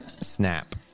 Snap